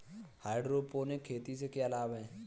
Hydroponic खेती से क्या लाभ हैं?